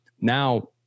now